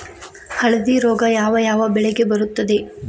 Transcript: ಹಳದಿ ರೋಗ ಯಾವ ಯಾವ ಬೆಳೆಗೆ ಬರುತ್ತದೆ?